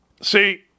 See